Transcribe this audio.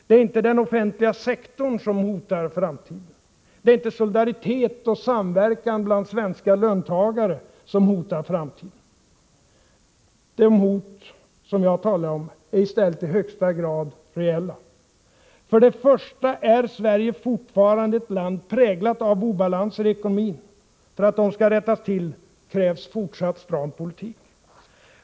Det är inte den offentliga sektorn som hotar framtiden. Det är inte solidaritet och samverkan bland svenska löntagare som hotar framtiden. De hot jag talar om är i stället i högsta grad reella: För det första är Sverige fortfarande ett land präglat av obalanser i ekonomin. För att de skall rättas till krävs en fortsatt stram politik.